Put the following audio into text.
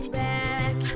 back